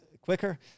quicker